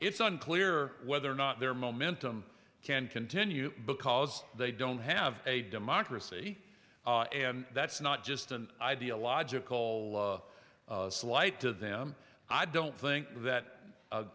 it's unclear whether or not their momentum can continue because they don't have a democracy and that's not just an ideological slight to them i don't think that